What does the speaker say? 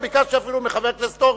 אני ביקשתי אפילו מחבר הכנסת הורוביץ,